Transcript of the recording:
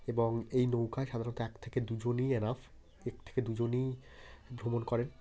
এবং এই নৌকায় সাধারণত এক থেকে দুজনই এনাফ এক থেকে দুজনই ভ্রমণ করেন